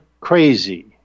crazy